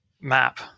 map